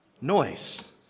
noise